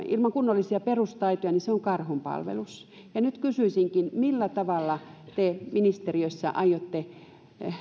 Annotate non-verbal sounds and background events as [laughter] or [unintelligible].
[unintelligible] ilman kunnollisia perustaitoja niin se on karhunpalvelus nyt kysyisinkin millä tavalla te ministeriössä aiotte